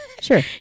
Sure